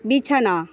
বিছানা